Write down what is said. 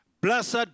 Blessed